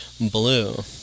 blue